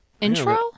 intro